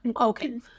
okay